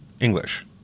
English